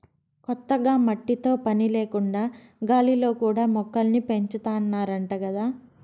కొత్తగా మట్టితో పని లేకుండా గాలిలో కూడా మొక్కల్ని పెంచాతన్నారంట గదా